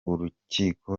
urukiko